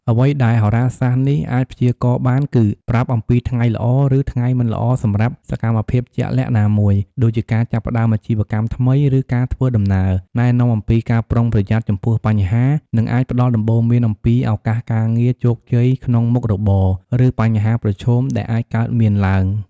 អ្វីដែលហោរាសាស្ត្រនេះអាចព្យាករណ៍បានគឺ ប្រាប់អំពីថ្ងៃល្អ ឬថ្ងៃមិនល្អសម្រាប់សកម្មភាពជាក់លាក់ណាមួយ ដូចជាការចាប់ផ្តើមអាជីវកម្មថ្មី ឬការធ្វើដំណើរ ណែនាំអំពីការប្រុងប្រយ័ត្នចំពោះបញ្ហា និងអាចផ្តល់ដំបូន្មានអំពីឱកាសការងារ ជោគជ័យក្នុងមុខរបរ ឬបញ្ហាប្រឈមដែលអាចកើតមានឡើង។